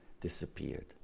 disappeared